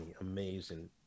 amazing